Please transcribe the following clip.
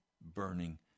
burning